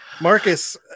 Marcus